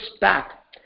back